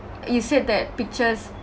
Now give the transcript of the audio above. you said that pictures